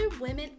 women